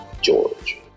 George